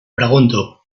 pregunto